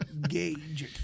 gauge